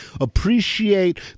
appreciate